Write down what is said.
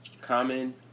Common